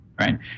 right